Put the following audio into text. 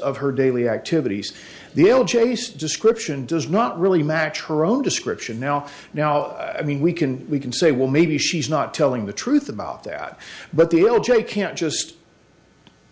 of her daily activities the o j case description does not really match her own description now now i mean we can we can say well maybe she's not telling the truth about that but the l j can't just